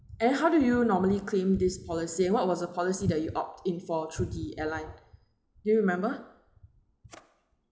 and how do you normally claim this policy and what was the policy that you opt in for thru the airline do you remember